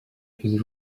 his